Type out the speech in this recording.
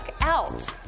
out